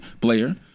player